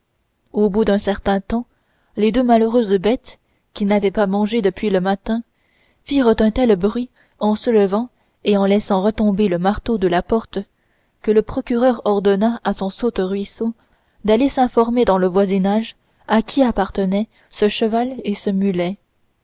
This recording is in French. au bout d'un certain temps les deux malheureuses bêtes qui n'avaient pas mangé depuis le matin firent un tel bruit en soulevant et en laissant retomber le marteau de la porte que le procureur ordonna à son saute-ruisseau d'aller s'informer dans le voisinage à qui appartenaient ce cheval et ce mulet